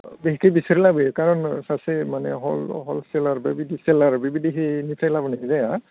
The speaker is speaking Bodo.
बेखो बिसोर लाबोयो कारन सासे माने हलसेलार बेबायदि सेलार बेबायदिहैनिफ्राय लाबोनाय जाया